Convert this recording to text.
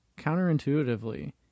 counterintuitively